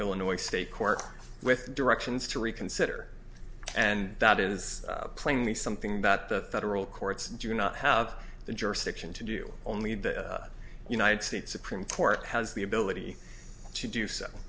illinois state court with directions to reconsider and that is plainly something that the federal courts do not have the jurisdiction to do only the united states supreme court has the ability to do so